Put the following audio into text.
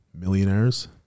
millionaires